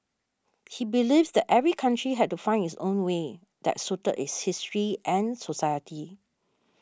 he believed that every country had to find its own way that suited its history and society